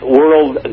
world